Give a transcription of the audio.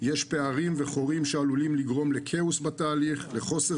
יש פערים וחורים שעלולים לגרום לכאוס בתהליך ולחוסר